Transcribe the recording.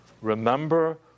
remember